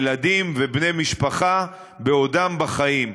ילדים ובני-משפחה בעודם בחיים.